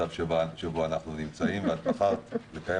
במצב שבו אנחנו נמצאים ואת בחרת לקיים